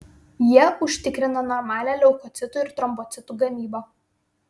jie užtikrina normalią leukocitų ir trombocitų gamybą